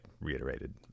reiterated